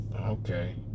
Okay